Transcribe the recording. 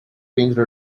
range